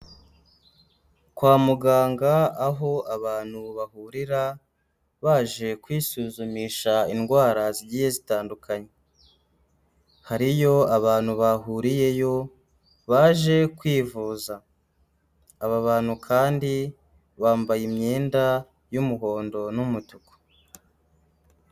Kwa muganga aho abantu bahurira baje kwisuzumisha indwara zigiye zitandukanye, hariyo abantu bahuriyeyo baje kwivuza. Aba bantu kandi bambaye imyenda y'umuhondo n'umutuku.